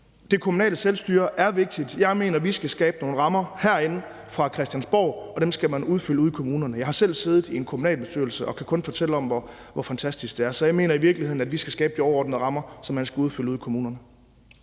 Det kommunale selvstyre er vigtigt. Jeg mener, vi skal skabe nogle rammer herinde fra Christiansborg, og dem skal man udfylde ude i kommunerne. Jeg har selv siddet i en kommunalbestyrelse og kan kun fortælle om, hvor fantastisk det er, så jeg mener i virkeligheden, at vi skal skabe de overordnede rammer, som man skal udfylde ude i kommunerne.